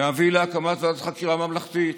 להביא להקמת ועדת חקירה ממלכתית,